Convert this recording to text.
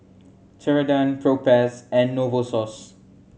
Ceradan Propass and Novosource